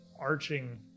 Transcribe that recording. Arching